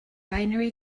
binary